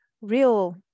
real